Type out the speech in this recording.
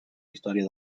història